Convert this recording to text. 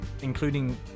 including